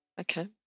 Okay